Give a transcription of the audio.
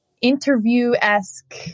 interview-esque